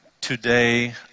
Today